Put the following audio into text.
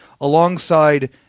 alongside